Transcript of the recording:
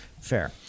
Fair